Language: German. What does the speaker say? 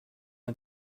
man